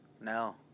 no